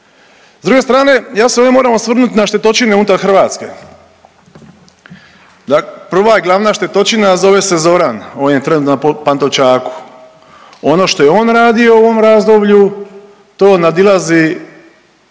S druge strane ja se ovdje moram osvrnut na štetočine unutar Hrvatske. Prva i glavna štetočina zove se Zoran, on je trenutno na Pantovčaku. Ono što je on radio u ovom razdoblju to nadilazi,